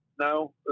No